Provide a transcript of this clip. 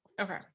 Okay